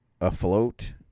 afloat